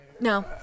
No